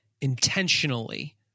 intentionally